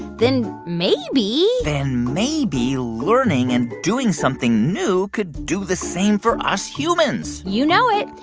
then maybe. then maybe learning and doing something new could do the same for us humans you know it.